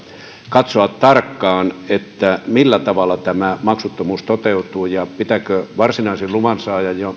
katsoa tarkkaan että millä tavalla tämä maksuttomuus toteutuu ja pitääkö varsinaisen luvansaajan